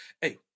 Hey